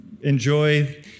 enjoy